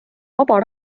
vaba